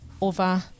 over